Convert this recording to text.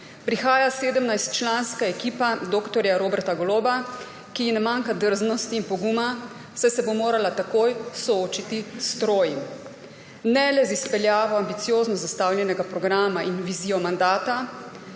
Prihaja 17-članska ekipa dr. Roberta Goloba, ki ji ne manjka drznosti in poguma, saj se bo morala takoj soočiti s stroji. Ne le z izpeljavo ambiciozno zastavljenega programa in vizijo mandata,